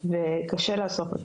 וקשה לעשות,